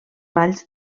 valls